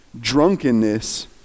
drunkenness